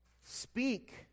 speak